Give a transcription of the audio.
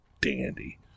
dandy